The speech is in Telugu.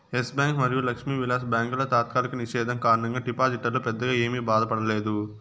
ఎస్ బ్యాంక్ మరియు లక్ష్మీ విలాస్ బ్యాంకుల తాత్కాలిక నిషేధం కారణంగా డిపాజిటర్లు పెద్దగా ఏమీ బాధపడలేదు